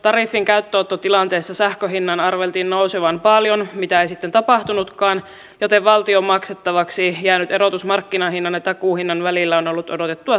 tariffin käyttöönottotilanteessa sähkön hinnan arveltiin nousevan paljon mitä ei sitten tapahtunutkaan joten valtion maksettavaksi jäänyt erotus markkinahinnan ja takuuhinnan välillä on ollut odotettua suurempi